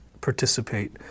participate